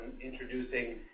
introducing